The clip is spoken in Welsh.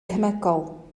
cemegol